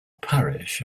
parish